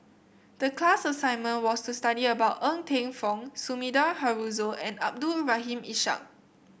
the class assignment was to study about Ng Teng Fong Sumida Haruzo and Abdul Rahim Ishak